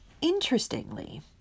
interestingly